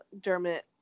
dermot